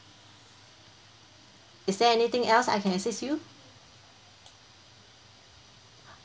is there anything else I can assist you